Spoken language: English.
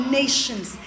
nations